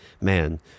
Man